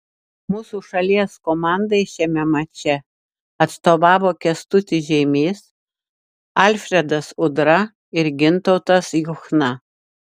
mūsų šalies komandai šiame mače atstovavo kęstutis žeimys alfredas udra ir gintautas juchna